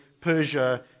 Persia